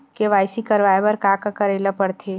KYC करवाय बर का का करे ल पड़थे?